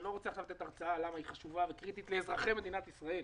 אני לא רוצה עכשיו להרצות למה היא חשובה וקריטית לאזרחי מדינת ישראל,